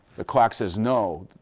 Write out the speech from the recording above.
the clock says, no,